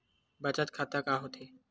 बचत खाता का होथे?